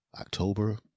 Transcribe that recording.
October